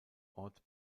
ort